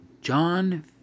John